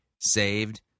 saved